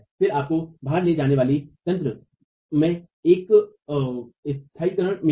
फिर आपको भार ले जाने वाले तंत्र में एक स्थिरीकरण मिलेगा